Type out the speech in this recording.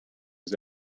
his